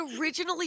originally